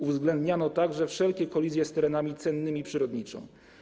Uwzględniano także wszelkie kolizje z terenami cennymi przyrodniczo.